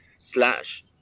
slash